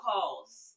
calls